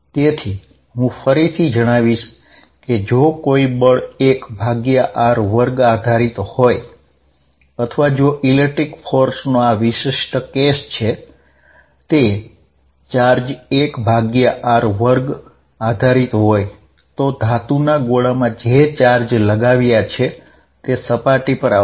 તેથી હું ફરીથી જણાવીશ કે જો કોઈ બળ 1r2 આધારિત હોય અથવા જો ઇલેક્ટ્રીક ફોર્સ નો આ વિશિષ્ટ કેસ છે તે ચાર્જ 1r2 આધારિત હોય તો ધાતુના ગોળામાં જે ચાર્જ લગાવ્યા છે તે સપાટી પર આવશે